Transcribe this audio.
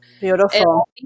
beautiful